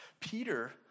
Peter